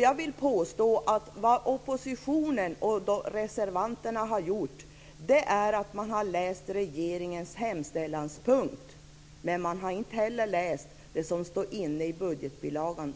Jag vill påstå att vad oppositionen och reservanterna har gjort är att läsa regeringens hemställanspunkt men inte det som regeringen har skrivit inne i budgetbilagan